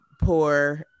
Poor